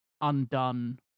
undone